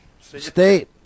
State